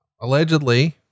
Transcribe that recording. allegedly